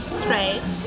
straight